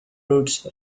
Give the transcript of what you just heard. roots